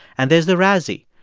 and there's the razzie,